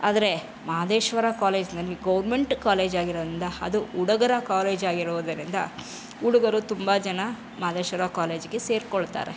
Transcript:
ಆದರೆ ಮಹದೇಶ್ವರ ಕಾಲೇಜಿನಲ್ಲಿ government college ಆಗಿರೋದರಿಂದ ಅದು ಹುಡುಗರ ಕಾಲೇಜ್ ಆಗಿರೋದರಿಂದ ಹುಡುಗರು ತುಂಬ ಜನ ಮಹದೇಶ್ವರ ಕಾಲೇಜಿಗೆ ಸೇರಿಕೊಳ್ತಾರೆ